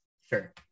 Sure